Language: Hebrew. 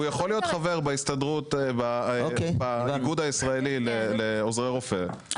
הוא יכול להיות חבר באיגוד הישראלי לעוזרי רופא ולעבוד באופן עצמאי.